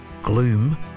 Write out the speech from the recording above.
gloom